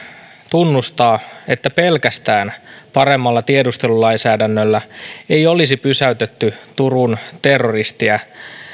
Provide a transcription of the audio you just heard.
tunnustaa että pelkästään paremmalla tiedustelulainsäädännöllä ei olisi pysäytetty turun terroristia